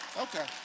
Okay